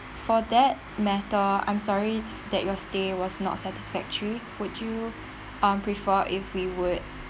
for that matter I'm sorry that your stay was not satisfactory could you um prefer if we would